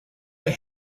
may